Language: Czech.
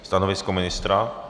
Stanovisko ministra?